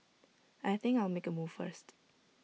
I think I'll make A move first